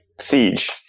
Siege